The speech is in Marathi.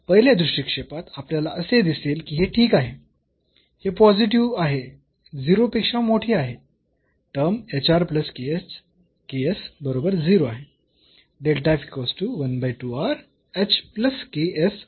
पहिल्या दृष्टीक्षेपात आपल्याला असे दिसेल की हे ठीक आहे हे पॉझिटिव्ह आहे 0 पेक्षा मोठे आहे टर्म बरोबर 0 आहे